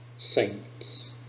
saints